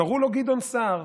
קראו לו גדעון סער,